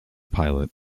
pilot